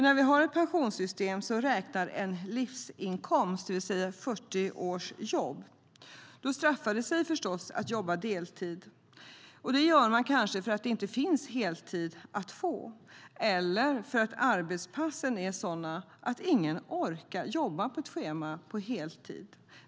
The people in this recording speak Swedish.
När vi har ett pensionssystem som räknar en livsinkomst, det vill säga 40 års jobb, straffar det sig förstås att jobba deltid. Det gör man kanske för att det inte finns heltid att få eller för att arbetspassen är sådana att ingen orkar jobba på ett schema på heltid.